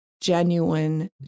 genuine